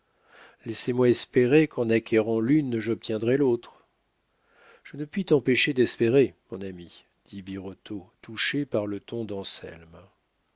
laissez-moi espérer qu'en acquérant l'une j'obtiendrai l'autre je ne puis t'empêcher d'espérer mon ami dit birotteau touché par le ton d'anselme